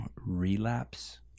relapse